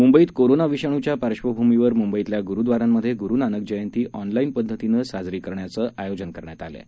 मुंबईतकोरोनाविषाणूच्यापार्श्वभूमीवरमुंबईतल्यागुरुद्वारांमध्येगुरुनानकजयंतीऑनलाईनपद्धतीनेसाजरीकरण्याचेआयोजनकरण्या तआलंआहे